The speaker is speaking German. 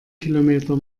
kilometer